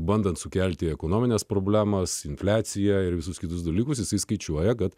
bandant sukelti ekonomines problemas infliaciją ir visus kitus dalykus jis skaičiuoja kad